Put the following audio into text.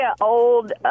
old